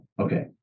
Okay